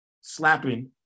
slapping